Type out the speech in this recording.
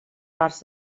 parts